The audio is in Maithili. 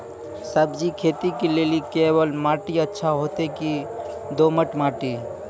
सब्जी खेती के लेली केवाल माटी अच्छा होते की दोमट माटी?